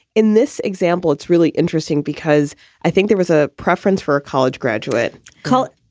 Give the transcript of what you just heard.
in this example, it's really interesting because i think there was a preference for a college graduate, college,